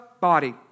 body